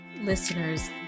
Listeners